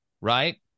right